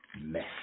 MESS